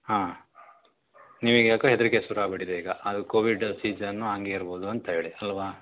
ಹಾಂ ನಿಮಗ್ಯಾಕೊ ಹೆದರಿಕೆ ಶುರುವಾಗಿಬಿಟ್ಟಿದೆ ಈಗ ಅದು ಕೋವಿಡ್ ಸೀಸನ್ನು ಹಾಂಗೆ ಇರಬೋದು ಅಂತಹೇಳಿ ಅಲ್ವ